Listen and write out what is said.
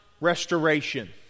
restoration